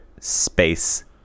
Space